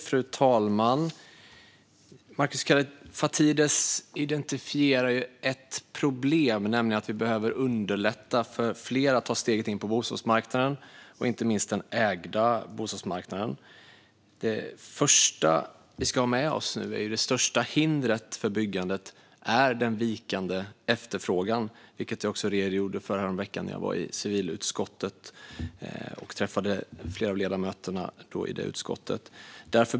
Fru talman! Markus Kallifatides identifierar ett problem; vi behöver underlätta för fler att ta steget in på bostadsmarknaden, inte minst den ägda bostadsmarknaden. Det första vi ska ha med oss nu är att det största hindret mot byggandet är den vikande efterfrågan. Det redogjorde jag också för häromveckan när jag besökte civilutskottet och träffade flera av ledamöterna där.